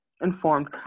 informed